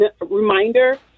reminder